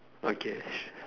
okay ah sure